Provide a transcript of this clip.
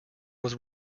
was